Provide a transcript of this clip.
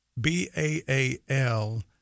B-A-A-L